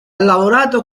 lavorato